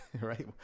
right